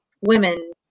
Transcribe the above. women